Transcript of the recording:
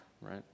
right